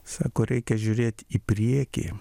sako reikia žiūrėt į priekį